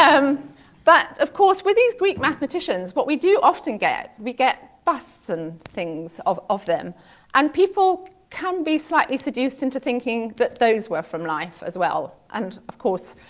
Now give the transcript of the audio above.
um but of course, with these greek mathematicians, what we do often get, we get busts and things of of them and people can be slightly seduced into thinking that those were from life as well. and of course,